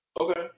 Okay